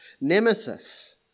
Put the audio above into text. nemesis